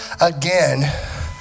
again